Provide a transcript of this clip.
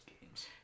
games